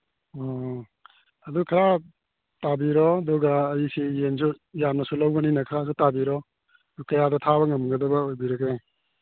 ꯑꯣ ꯑꯗꯨ ꯈꯔ ꯇꯥꯕꯤꯔꯣ ꯑꯗꯨꯒ ꯑꯩꯁꯤ ꯌꯦꯟꯁꯨ ꯌꯥꯝꯅꯁꯨ ꯂꯧꯕꯅꯤꯅ ꯈꯔꯁꯨ ꯇꯥꯕꯤꯔꯣ ꯑꯗꯨ ꯀꯌꯥꯗ ꯊꯥꯕ ꯉꯝꯒꯗꯕ ꯑꯣꯏꯕꯤꯔꯒꯦ